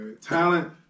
Talent